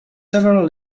several